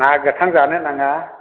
ना गोथां जानो नाङा